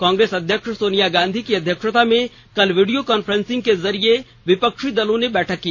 कांग्रेस अध्यक्ष सोनिया गांधी की अध्यक्षता में कल वीडियो कॉन्फ्रेंसिंग के जरिये विपक्षी दलों ने बैठक की